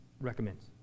recommends